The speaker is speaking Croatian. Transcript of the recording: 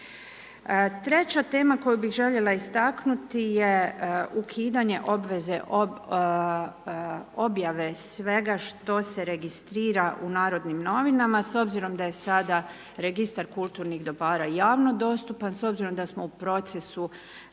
Treća tema koju bih željela istaknuti je ukidanje obveze objave svega što se registrira u Narodnim novinama, s obzirom da je sada Registar kulturnih dobara javno dostupan s obzirom da smo u procesu